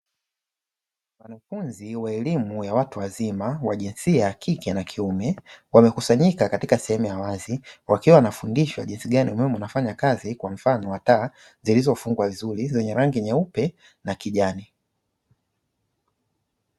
Wanafunzi wa elimu ya watu wazima wa jinsia ya kike na kiume, wamekusanyika katika sehemu ya wazi wakiwa wanafundishwa jinsi gani umeme unafanya kazi kwa mfano taa zilizofungwa vizuri, zenye rangi nyeupe na kijani.